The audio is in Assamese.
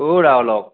অ'ৰা অলক